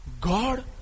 God